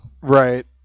right